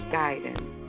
guidance